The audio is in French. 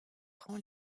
rangs